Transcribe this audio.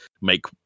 make